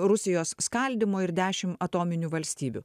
rusijos skaldymo ir dešim atominių valstybių